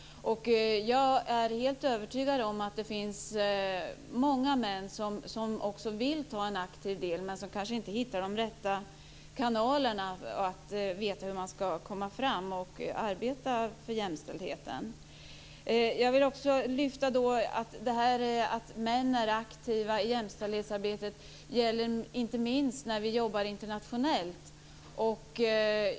Jag är helt övertygad om att det finns många män som också vill ta aktiv del men som kanske inte hittar de rätta kanalerna, som inte vet hur man ska komma fram och arbeta för jämställdheten. Jag vill också lyfta fram detta med att män är aktiva i jämställdhetsarbetet gäller inte minst när vi jobbar internationellt.